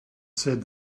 said